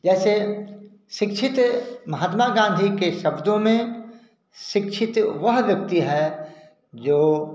जैसे शिक्षित महात्मा गांधी के शब्दों में शिक्षित वह व्यक्ति है जो